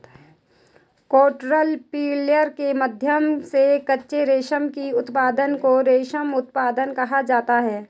caterpillar के माध्यम से कच्चे रेशम के उत्पादन को रेशम उत्पादन कहा जाता है